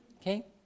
Okay